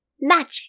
magic